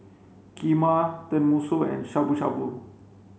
Kheema Tenmusu and Shabu Shabu